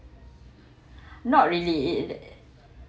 not really it